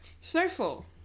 Snowfall